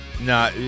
nah